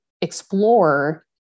explore